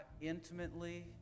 intimately